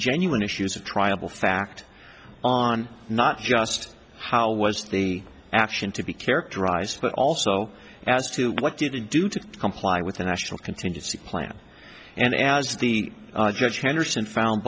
genuine issues of triable fact on not just how was the action to be characterized but also as to what did it do to comply with the national contingency plan and as the judge henderson found